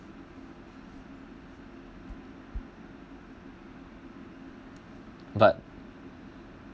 but